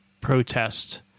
protest